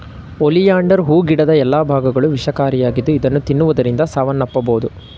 oleander ಹೂ ಗಿಡದ ಎಲ್ಲಾ ಭಾಗಗಳು ವಿಷಕಾರಿಯಾಗಿದ್ದು ಇದನ್ನು ತಿನ್ನುವುದರಿಂದ ಸಾವನ್ನಪ್ಪಬೋದು